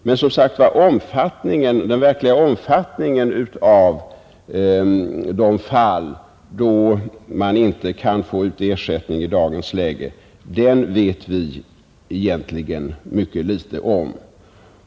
Men omfattningen av de fall i vilka ersättning inte kan utbetalas i dag vet vi egentligen ytterst litet om.